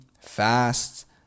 fast